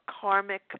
karmic